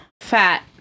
Fat